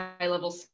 high-level